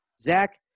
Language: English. Zach